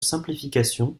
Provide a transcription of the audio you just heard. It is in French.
simplification